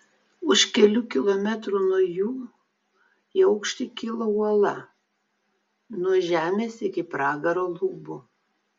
už kelių kilometrų nuo jų į aukštį kilo uola nuo žemės iki pragaro lubų